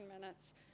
minutes